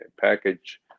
package